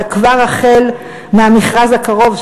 אלא כבר החל מהמכרז הקרוב,